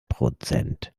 prozent